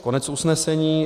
Konec usnesení.